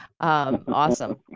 Awesome